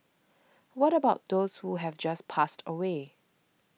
what about those who have passed away